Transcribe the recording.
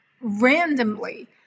randomly